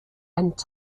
and